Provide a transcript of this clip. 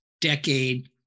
decade